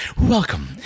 Welcome